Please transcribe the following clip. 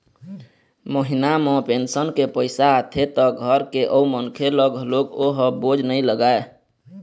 महिना म पेंशन के पइसा आथे त घर के अउ मनखे ल घलोक ओ ह बोझ नइ लागय